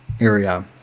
area